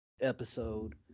episode